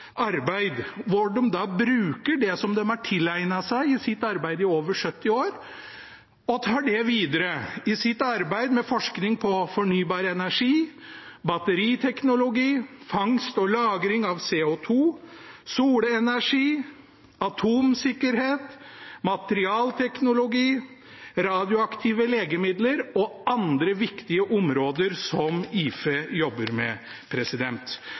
arbeid, hvor de bruker det de har tilegnet seg i sitt arbeid i over 70 år, og tar det videre i sitt arbeid med forskning på fornybar energi, batteriteknologi, fangst og lagring av CO 2 , solenergi, atomsikkerhet, materialteknologi, radioaktive legemidler og andre viktige områder som IFE jobber med.